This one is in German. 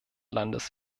landes